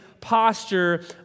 posture